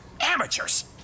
amateurs